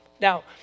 now